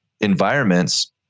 environments